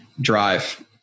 Drive